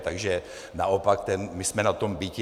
Takže naopak my jsme na tom biti.